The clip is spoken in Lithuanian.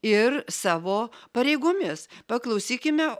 ir savo pareigomis paklausykime